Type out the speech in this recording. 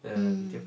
mm